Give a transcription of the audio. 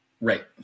right